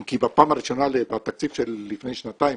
אם כי בפעם הראשונה בתקציב של לפני שנתיים,